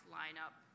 lineup